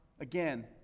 again